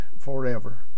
forever